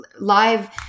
live